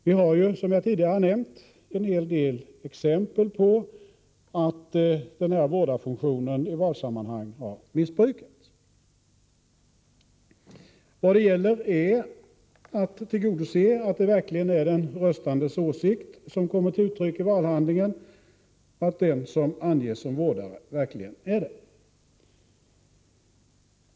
Vi har ju, som jag tidigare nämnt, en hel del exempel på att denna vårdarfunktion har missbrukats i valsammanhang. Vad det gäller är att tillgodse kravet att det verkligen är den röstandes åsikt som kommer till uttryck i valhandlingen och att den som anges som vårdare verkligen är det.